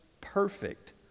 perfect